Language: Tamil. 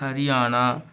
ஹரியானா